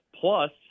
plus